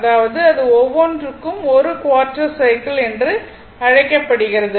அதாவது இது ஒவ்வொன்றும் ஒரு குவார்ட்டர் சைக்கிள் என்று அழைக்கப்படுகிறது